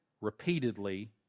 repeatedly